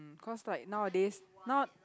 because like nowadays now